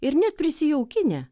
ir net prisijaukinę